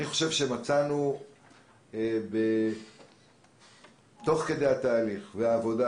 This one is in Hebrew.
אני חושב שמצאנו תוך כדי התהליך והעבודה